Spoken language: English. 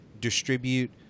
distribute